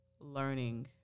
learning